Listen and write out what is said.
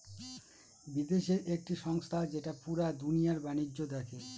বিদেশের একটি সংস্থা যেটা পুরা দুনিয়ার বাণিজ্য দেখে